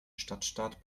stadtstaat